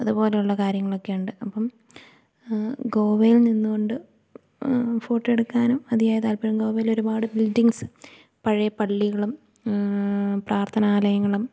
അതേപോലുള്ള കാര്യങ്ങളൊക്കെ ഉണ്ട് അപ്പം ഗോവയിൽ നിന്നു കൊണ്ട് ഫോട്ടോ എടുക്കാനും അതിയായ താല്പര്യം ഗോവയിൽ ഒരുപാട് ബിൽഡിങ്സ് പഴയ പള്ളികളും പ്രാർഥനാലയങ്ങളും